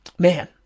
Man